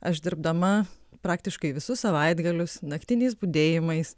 aš dirbdama praktiškai visus savaitgalius naktiniais budėjimais